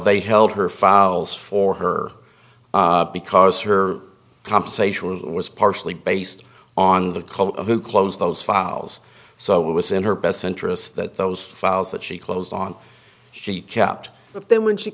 they held her files for her because her compensation was partially based on the cult who closed those files so it was in her best interests that those files that she closed on she kept but then when she